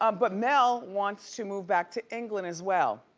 um but mel wants to move back to england as well.